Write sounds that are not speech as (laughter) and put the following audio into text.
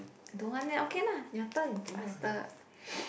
don't want then okay lah your turn faster (noise)